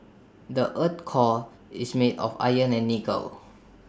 the Earth's core is made of iron and nickel